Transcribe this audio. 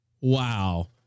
Wow